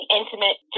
intimate